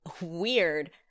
weird